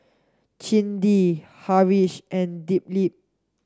Chandi Haresh and Dilip